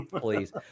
please